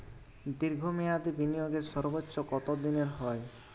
দীর্ঘ মেয়াদি বিনিয়োগের সর্বোচ্চ কত দিনের হয়?